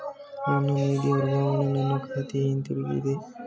ನನ್ನ ನಿಧಿ ವರ್ಗಾವಣೆಯು ನನ್ನ ಖಾತೆಗೆ ಹಿಂತಿರುಗಿದೆ